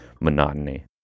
monotony